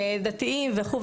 דתיים וכו',